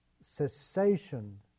cessation